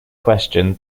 question